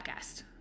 Podcast